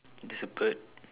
there's a bird